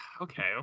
okay